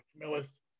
Camillus